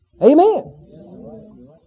Amen